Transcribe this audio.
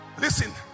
Listen